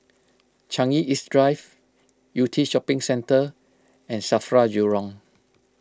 Changi East Drive Yew Tee Shopping Centre and Safra Jurong